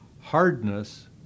Hardness